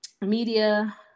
media